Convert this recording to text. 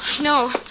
No